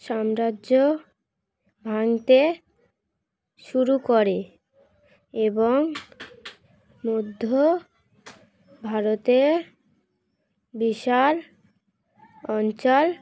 সাম্রাজ্য ভাঙতে শুরু করে এবং মধ্য ভারতে বিশাল অঞ্চল